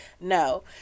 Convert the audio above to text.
no